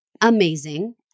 Amazing